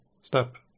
step